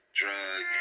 drug